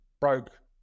broke